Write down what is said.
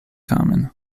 common